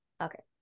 okay